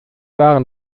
waren